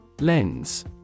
Lens